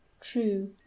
true